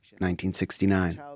1969